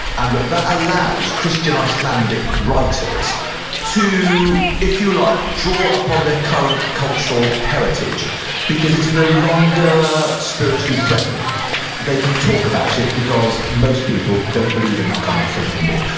and that that allows christian icelandic writers to, if you like, draw upon their current cultural heritage because it's no longer spiritually threatening they can talk about it because most people don't believe in that kind of thing anymore.